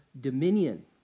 dominion